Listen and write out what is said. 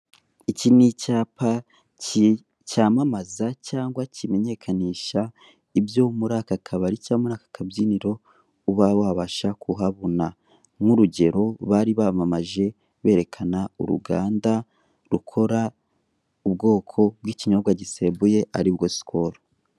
Iki ni icyapa cyamamaza cyangwa kimenyekanisha ibyo muri aka kabari cyangwa muri aka kabyiniro uba wabasha kuhabona, nk'urugero bari bamamaje berekana uruganda rukora ubwoko bw'ikinyobwa gisembuye aribwo sikolo.